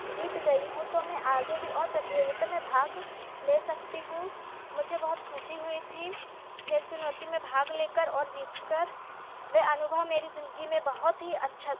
जीत गई हूँ तो मैं आगे भी और प्रतियोगिता में और भाग ले सकती हूँ मुझे बहुत ख़ुशी हुई थी खेल चुनौती में भाग लेकर और जीत कर वे अनुभव मेरी ज़िंदगी में बहुत अच्छा